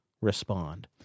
respond